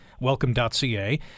welcome.ca